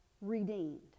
redeemed